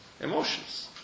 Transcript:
emotions